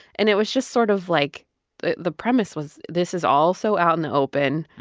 and it was just sort of, like the the premise was, this is all so out in the open.